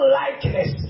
likeness